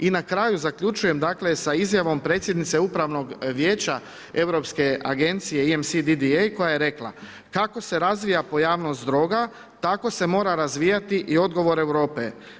I na kraju zaključujem dakle sa izjavom predsjednice upravnog vijeća Europske agencije … koje je rekla kako se razvija pojavnost droga tako se mora razvijati i odgovor Europe.